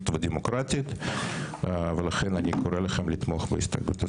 ודמוקרטית ולכן אני קורא לכם לתמוך בהסתייגות הזאת.